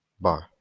bar